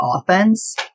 offense